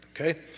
Okay